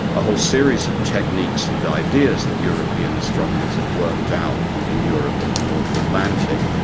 a whole series of techniques and ideas that european astronomers had worked out in europe and the north atlantic,